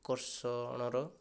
ଆକର୍ଷଣର